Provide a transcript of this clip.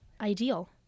ideal